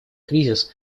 кризис